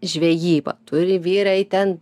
žvejybą turi vyrai ten